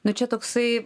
nu čia toksai